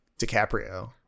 dicaprio